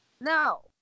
No